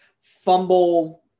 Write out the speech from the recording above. fumble